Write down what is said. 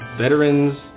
Veterans